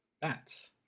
bats